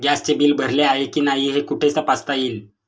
गॅसचे बिल भरले आहे की नाही हे कुठे तपासता येईल?